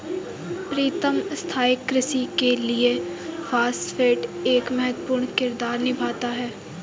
प्रीतम स्थाई कृषि के लिए फास्फेट एक महत्वपूर्ण किरदार निभाता है